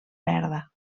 verda